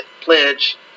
pledge